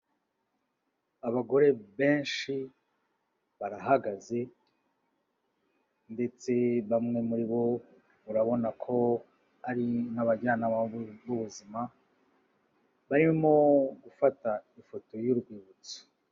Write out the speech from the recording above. Abagore benshi barahagaze ndetse bamwe muri bo mubona ko ari n'abajyanama b'ubuzima barimo gufata ifoto y'urwibutso,